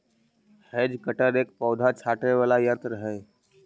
hedge cutter एक पौधा छाँटने वाला यन्त्र ही